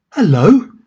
Hello